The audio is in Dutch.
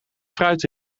fruit